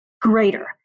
greater